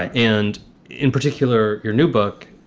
ah and in particular, your new book,